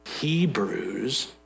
Hebrews